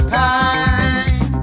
time